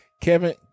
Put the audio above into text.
Kevin